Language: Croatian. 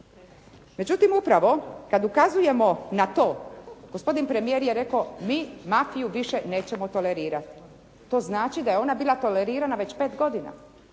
Međutim, upravo kad ukazujemo na to, gospodin premijer je rekao mi mafiju više nećemo tolerirati. To znači da je ona bila tolerirana već 5 godina.